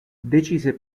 decise